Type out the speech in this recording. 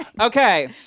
Okay